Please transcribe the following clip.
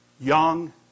young